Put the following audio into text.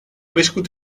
viscut